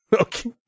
Okay